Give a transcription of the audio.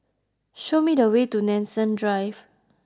show me the way to Nanson Drive